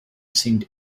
seemed